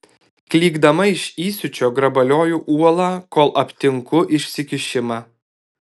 klykdama iš įsiūčio grabalioju uolą kol aptinku išsikišimą